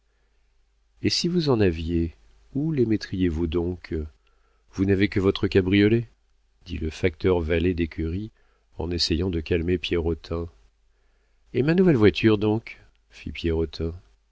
et si vous en aviez où les mettriez vous donc vous n'avez que votre cabriolet dit le facteur valet d'écurie en essayant de calmer pierrotin et ma nouvelle voiture donc fit